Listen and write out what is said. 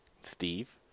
Steve